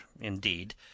indeed